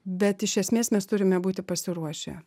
bet iš esmės mes turime būti pasiruošę